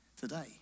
today